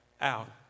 out